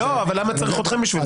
למה צריך אתכם בשביל זה?